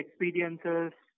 experiences